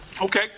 Okay